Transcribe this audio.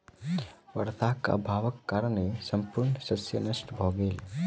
वर्षाक अभावक कारणेँ संपूर्ण शस्य नष्ट भ गेल